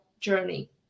journey